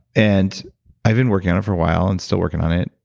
and i've been working on it for a while, and still working on it.